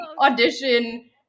audition